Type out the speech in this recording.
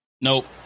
nope